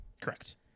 Correct